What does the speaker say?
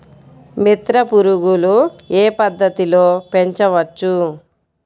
మిత్ర పురుగులు ఏ పద్దతిలో పెంచవచ్చు?